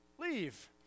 leave